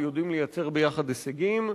יודעים לייצר ביחד הישגים,